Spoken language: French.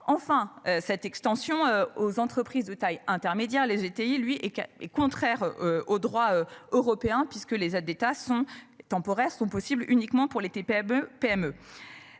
Enfin cette extension aux entreprises de taille intermédiaire. Les étés il lui et qu'elle est contraire au droit européen, puisque les aides d'État sont temporaires sont possibles uniquement pour les TPE PME.